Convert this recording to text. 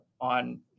on